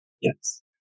Yes